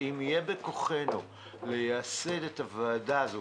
ואם יהיה בכוחנו לייסד את הוועדה הזו